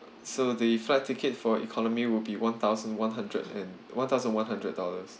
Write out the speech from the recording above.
so the flight ticket for economy will be one thousand one hundred and one thousand one hundred dollars